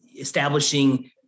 establishing